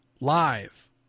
live